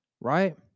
Right